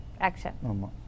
Action